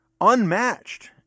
unmatched